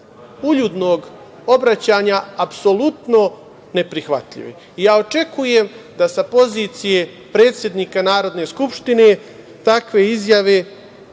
uljudnog obraćanja apsolutno neprihvatljivi. Ja očekujem da sa pozicije predsednika Narodne skupštine takve izjave